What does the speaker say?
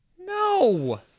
No